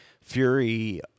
Fury